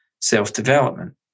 self-development